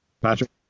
Patrick